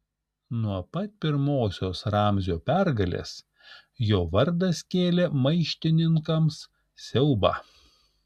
nuo pat pirmosios ramzio pergalės jo vardas kėlė maištininkams siaubą